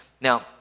Now